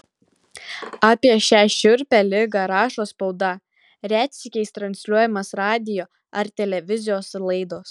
apie šią šiurpią ligą rašo spauda retsykiais transliuojamos radijo ar televizijos laidos